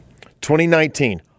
2019